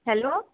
hello